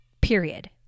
Period